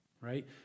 Right